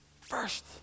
First